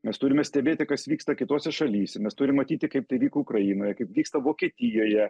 mes turime stebėti kas vyksta kitose šalyse mes turim matyti kaip tai vyko ukrainoje kaip vyksta vokietijoje